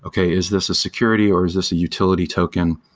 okay. is this a security or is this a utility token?